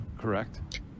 correct